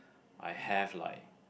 I have like